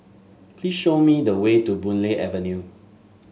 please show me the way to Boon Lay Avenue